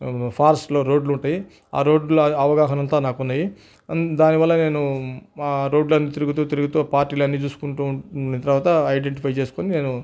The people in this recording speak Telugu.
ఫారెస్ట్లో రోడ్లు ఉంటాయి ఆ రోడ్లు అవగాహన అంతా నాకు ఉన్నాయి దానివల్ల నేను ఆ రోడ్లన్నీ తిరుగుతు తిరుగుతు పార్టీలన్నీ చూసుకుంటు ఉన్న తర్వాత ఐడెంటిఫై చేసుకుని నేను